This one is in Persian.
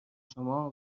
شما